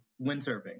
windsurfing